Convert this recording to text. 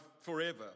forever